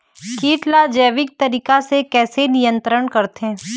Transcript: कीट ला जैविक तरीका से कैसे नियंत्रण करथे?